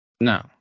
No